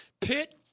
Pitt